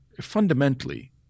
Fundamentally